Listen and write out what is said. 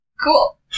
Cool